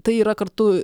tai yra kartu